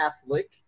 Catholic